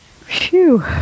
Phew